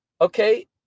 Okay